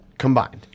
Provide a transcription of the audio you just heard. Combined